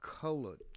colored